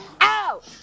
out